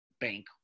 bank